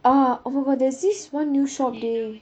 ah oh my god there's this one new shop